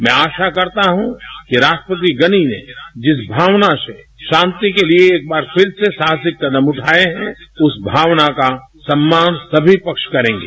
मैं आशा करता हूं कि राष्ट्रपति गनी ने जिस भावना से शांति के लिए एक बार फिर से साहसिक कदम उठाए हैं उस भावना का सम्मान सभी पक्ष करेंगे